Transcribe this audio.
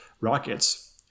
Rockets